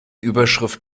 überschrift